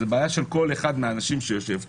זה בעיה של כל אחד מהאנשים שיושב כאן.